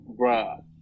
bruh